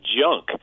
junk